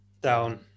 down